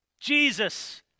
Jesus